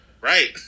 Right